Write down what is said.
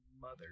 mother